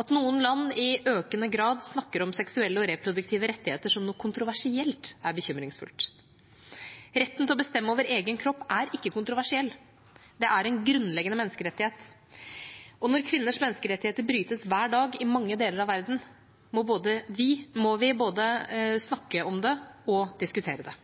At noen land i økende grad snakker om seksuelle og reproduktive rettigheter som noe kontroversielt, er bekymringsfullt. Retten til å bestemme over egen kropp er ikke kontroversiell, det er en grunnleggende menneskerettighet. Når kvinners menneskerettigheter brytes hver dag, i mange deler av verden, må vi både snakke om det og diskutere det.